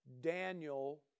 Daniel